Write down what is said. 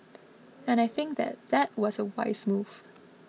and I think that that was a wise move